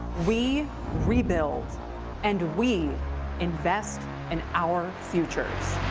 we rebuild and we invest in our futures.